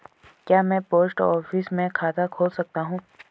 क्या मैं post office में खाता खोल सकता हूँ?